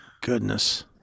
goodness